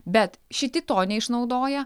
bet šiti to neišnaudoja